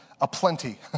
aplenty